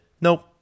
nope